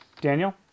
Daniel